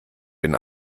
den